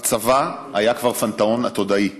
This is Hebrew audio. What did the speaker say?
בצבא היה כבר פנתהון עתודאי.